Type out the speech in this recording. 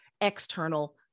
external